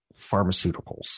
pharmaceuticals